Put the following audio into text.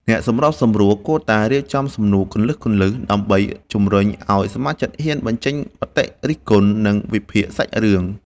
អ្នកសម្របសម្រួលគួរតែរៀបចំសំណួរគន្លឹះៗ ដើម្បីជំរុញឱ្យសមាជិកហ៊ានបញ្ចេញមតិរិះគន់ និងវិភាគសាច់រឿង។